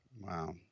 Wow